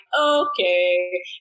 okay